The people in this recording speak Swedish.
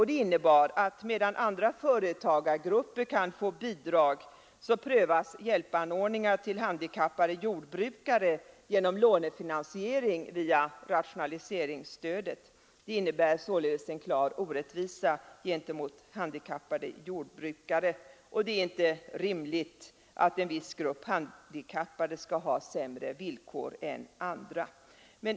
Det innebär att medan andra företagargrupper kan få bidrag så kan handikappade jordbrukare endast få hjälp genom lånefinansiering via rationaliseringsstödet. Det innebär således en klar orättvisa. Och det är inte rimligt att en viss grupp handikappade skall ha sämre villkor än andra.